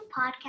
podcast